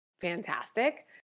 fantastic